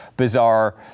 bizarre